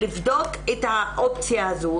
לבדוק את האופציה הזו,